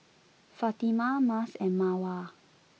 Fatimah Mas and Mawar